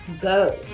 go